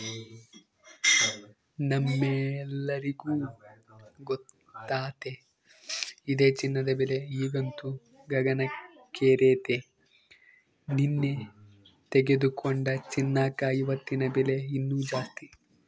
ನಮ್ಮೆಲ್ಲರಿಗೂ ಗೊತ್ತತೆ ಇದೆ ಚಿನ್ನದ ಬೆಲೆ ಈಗಂತೂ ಗಗನಕ್ಕೇರೆತೆ, ನೆನ್ನೆ ತೆಗೆದುಕೊಂಡ ಚಿನ್ನಕ ಇವತ್ತಿನ ಬೆಲೆ ಇನ್ನು ಜಾಸ್ತಿ